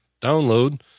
download